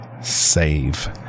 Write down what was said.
save